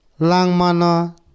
langmano